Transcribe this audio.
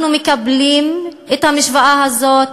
אנחנו מקבלים את המשוואה הזאת,